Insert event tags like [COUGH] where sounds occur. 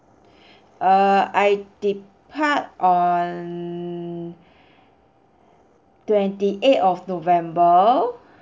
[BREATH] err I depart on twenty eight of november